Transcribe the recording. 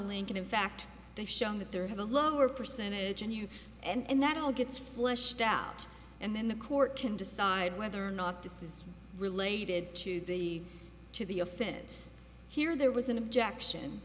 link and in fact they've shown that there have a lower percentage in you and that all gets fleshed out and then the court can decide whether or not this is related to the to the affinities here there was an objection